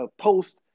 post